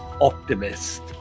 optimist